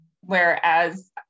whereas